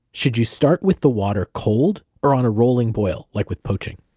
should you start with the water cold, or on a rolling boil like with poaching?